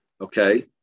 okay